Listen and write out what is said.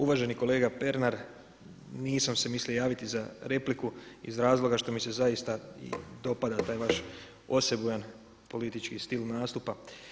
Uvaženi kolega Pernar nisam se mislio javiti za repliku iz razloga što mi se zaista dopada taj vaš osebujan politički stil nastupa.